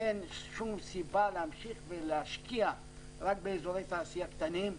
אין שום סיבה להמשיך ולהשקיע רק באזורי תעשייה קטנים,